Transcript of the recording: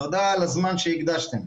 תודה על הזמן שהקדשתם.